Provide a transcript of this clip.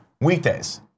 weekdays